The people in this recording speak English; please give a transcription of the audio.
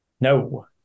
No